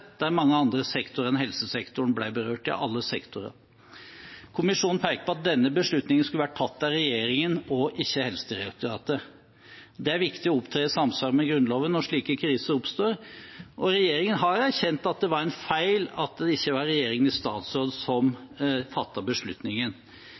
der mange andre sektorer enn helsesektoren ble berørt – ja, alle sektorer. Kommisjonen peker på at denne beslutningen skulle vært tatt av regjeringen og ikke Helsedirektoratet. Det er viktig å opptre i samsvar med Grunnloven når slike kriser oppstår, og regjeringen har erkjent at det var en feil at det ikke var regjeringen i statsråd som